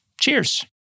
cheers